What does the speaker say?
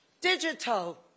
digital